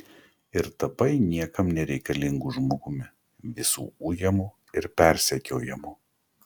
ir tapai niekam nereikalingu žmogumi visų ujamu ir persekiojamu